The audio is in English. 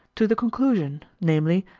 to the conclusion, namely,